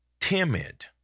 timid